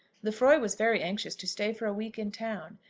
lefroy was very anxious to stay for a week in town.